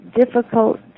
difficult